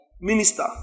minister